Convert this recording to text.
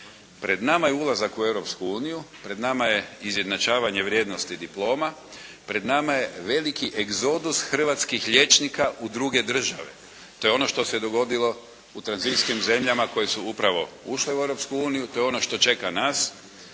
Pred nama je ulazak u Europsku uniju. Pred nama je izjednačavanje vrijednosti diploma. Pred nama je veliki egzodus hrvatskih liječnika u druge države. To je ono što se dogodilo u tranzicijskim zemljama koje su upravo ušle u Europsku uniju, to je ono što čeka nas